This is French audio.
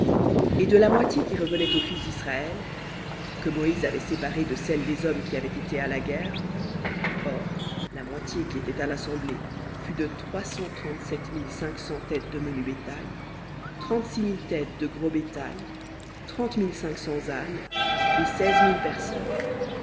et de la moitié qui revenait aux fils d'israël que moïse avait séparée des hommes qui avaient été à la guerre or la moitié qui était à l'assemblée fut de trois cent trente-sept mille cinq cents menu bétail trente-six mille gros bétail trente mille cinq cents ânes et seize mille personnes